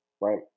Right